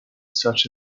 such